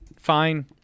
fine